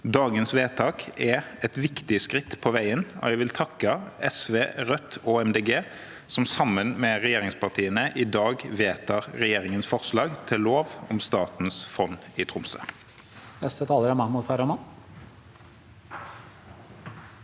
Dagens vedtak er et viktig skritt på veien. Jeg vil takke SV, Rødt og Miljøpartiet De Grønne, som sammen med regjeringspartiene i dag vedtar regjeringens forslag til lov om Statens fond i Tromsø.